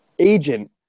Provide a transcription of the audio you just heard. agent